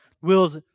wills